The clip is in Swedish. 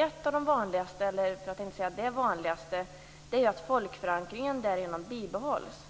Ett av de vanligaste - för att inte säga det vanligaste - är att folkförankringen därigenom bibehålls.